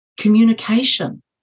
Communication